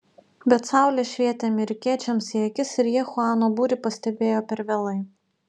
bet saulė švietė amerikiečiams į akis ir jie chuano būrį pastebėjo per vėlai